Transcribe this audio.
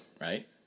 right